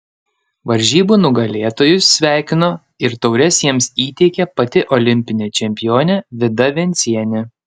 varžybų nugalėtojus sveikino ir taures jiems įteikė pati olimpinė čempionė vida vencienė